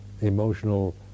emotional